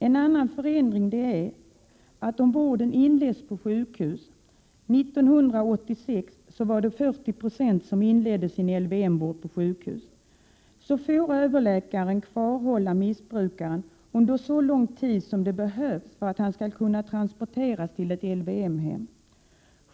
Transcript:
En annan förändring är att om vården inleds på sjukhus — 1986 var det 40 90 som inledde sin LVM-vård på sjukhus — får överläkaren kvarhålla en missbrukare under så lång tid som behövs för att han skall kunna transporteras till ett LYM-hem.